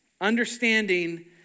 Understanding